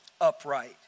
upright